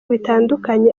bitandukanye